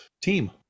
team